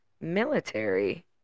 military